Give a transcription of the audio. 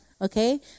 Okay